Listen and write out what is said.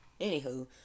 Anywho